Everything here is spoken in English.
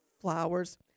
flowers